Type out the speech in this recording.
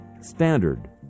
standard